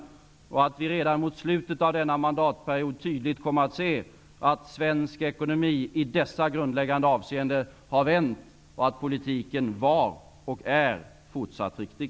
Jag tror också att vi redan mot slutet av denna mandatperiod tydligt kommer att se att nedgången i svensk ekonomi, i dessa grundläggande avseenden, har vänt och att politiken var och fortfarande är riktig.